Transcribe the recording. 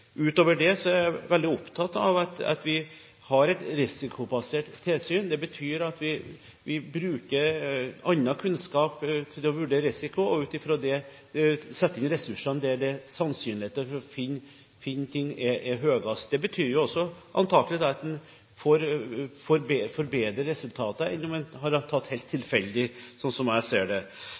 Utover det er jeg veldig opptatt av at vi har et risikobasert tilsyn. Det betyr at vi bruker annen kunnskap til å vurdere risiko og ut fra den setter inn ressurser der sannsynligheten for å finne noe er høyest. Det betyr antakelig også at en får bedre resultater enn om det hadde vært helt tilfeldige tilsyn, slik jeg ser det.